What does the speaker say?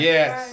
Yes